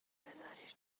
بزاریش